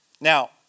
Now